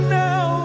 now